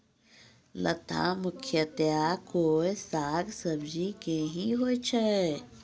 लता मुख्यतया कोय साग सब्जी के हीं होय छै